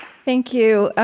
thank you.